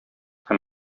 һәм